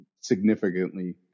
significantly